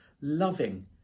loving